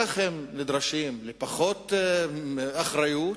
כך הם נדרשים לפחות אחריות,